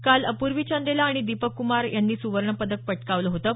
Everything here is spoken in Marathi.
काल अपूर्वी चंदेला आणि दिपक क्मार यांनी सुवर्ण पदक पटकावलं होतं